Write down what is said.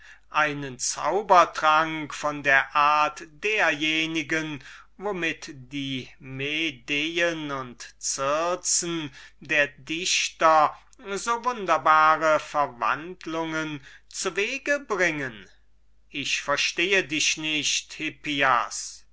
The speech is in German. einen zaubertrank von der art derjenigen womit die medeen und circen der dichter so wunderbare verwandlungen zuwege bringen agathon ich verstehe dich nicht hippias